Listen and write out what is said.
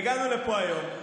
הגענו לפה היום,